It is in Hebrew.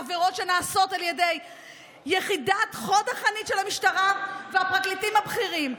עבירות שנעשות על ידי יחידת חוד החנית של המשטרה והפרקליטים הבכירים,